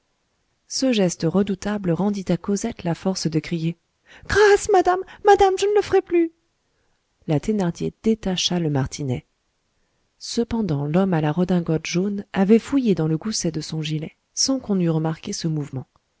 ce geste redoutable rendit à cosette la force de crier grâce madame madame je ne le ferai plus la thénardier détacha le martinet cependant l'homme à la redingote jaune avait fouillé dans le gousset de son gilet sans qu'on eût remarqué ce mouvement